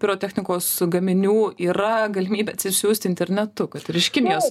pirotechnikos gaminių yra galimybė atsisiųsti internetu kad ir iš kinijos